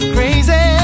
Crazy